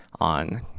on